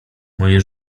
moje